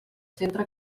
centre